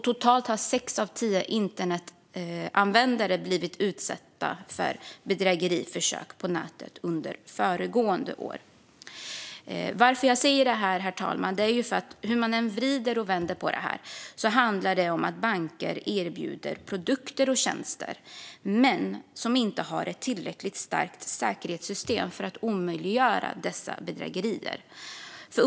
Totalt har sex av tio internetanvändare blivit utsatta för bedrägeriförsök på nätet under föregående år. Anledningen till att jag säger det här, herr talman, är att hur man än vrider och vänder på detta handlar det om att banker erbjuder produkter och tjänster men inte har ett tillräckligt starkt säkerhetssystem för att omöjliggöra dessa bedrägerier.